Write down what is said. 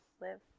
live